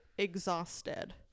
exhausted